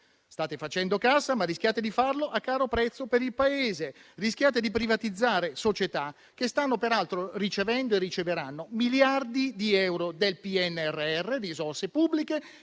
sì, facendo cassa, ma rischiate di farla a caro prezzo per il Paese, rischiando di privatizzare società che stanno ricevendo e riceveranno miliardi di euro del PNRR, risorse pubbliche